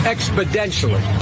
Exponentially